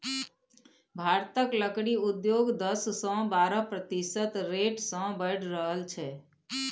भारतक लकड़ी उद्योग दस सँ बारह प्रतिशत रेट सँ बढ़ि रहल छै